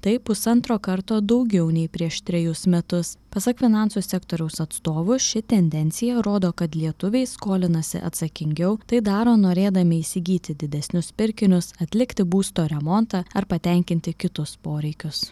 tai pusantro karto daugiau nei prieš trejus metus pasak finansų sektoriaus atstovų ši tendencija rodo kad lietuviai skolinasi atsakingiau tai daro norėdami įsigyti didesnius pirkinius atlikti būsto remontą ar patenkinti kitus poreikius